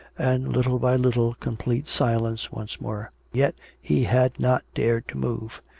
and, little by little, complete silence once more. yet he had not dared to move.